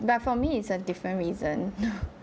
but for me it's a different reason